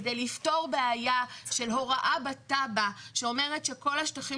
כדי לפתור בעיה של הוראה בתב"ע שאומרת שכל השטחים